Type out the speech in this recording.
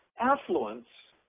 affluence,